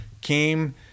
Came